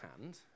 hand